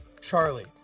Charlie